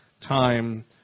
time